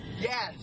yes